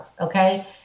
Okay